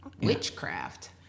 witchcraft